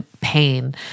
pain